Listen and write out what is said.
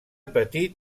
petit